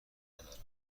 ندارم